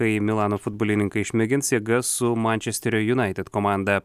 kai milano futbolininkai išmėgins jėgas su mančesterio united komanda